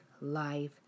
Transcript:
life